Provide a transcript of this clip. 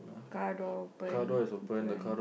car door open open